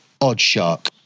Oddshark